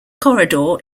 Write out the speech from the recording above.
corridor